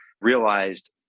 realized